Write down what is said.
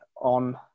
On